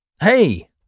hey